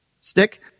stick